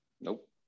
Nope